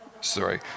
Sorry